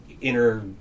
inner